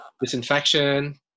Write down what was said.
Disinfection